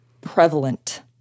prevalent